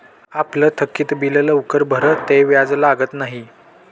आपलं थकीत बिल लवकर भरं ते व्याज लागत न्हयी